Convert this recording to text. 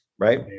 Right